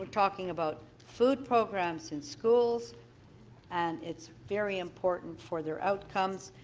talking about food programs in schools and it's very important for their outcomes.